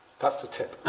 positive.